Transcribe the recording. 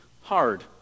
hard